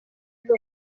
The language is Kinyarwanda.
bwo